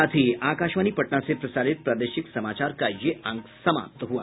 इसके साथ ही आकाशवाणी पटना से प्रसारित प्रादेशिक समाचार का ये अंक समाप्त हुआ